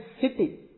city